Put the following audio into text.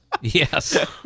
yes